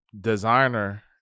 designer